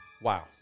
wow